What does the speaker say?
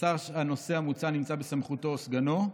השר שהנושא המוצע נמצא בסמכותו, או סגנו,